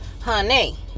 Honey